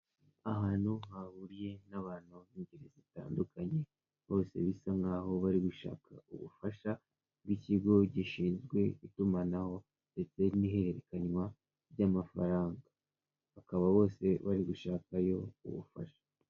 Ahantu hahuriye n'abantu b'ingeri zitandukanye bose bisa nkaho bari gushaka ubufasha bw'ikigo gishinzwe itumanaho ndetse n'ihererekanywa ry'amafaranga, bakaba bose bari gushakayo ubufasha.